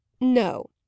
no